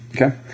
Okay